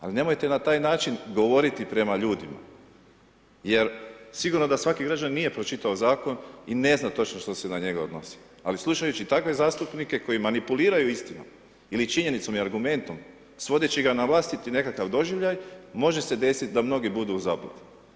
Ali nemojte na taj način govoriti prema ljudima jer sigurno da svaki građanin nije pročitao zakon i ne zna točno što se na njega odnosi ali slušajući takve zastupnike koji manipuliraju istinom ili činjenicom i argumentom, svodeći ga na vlastiti nekakav doživljaj, može se desiti da mnogi budu u zabludi.